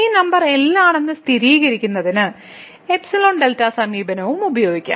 ഈ number L ആണെന്ന് സ്ഥിരീകരിക്കുന്നതിന് എപ്സിലോൺ ഡെൽറ്റ സമീപനവും ഉപയോഗിക്കാം